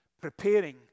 preparing